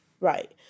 Right